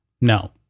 No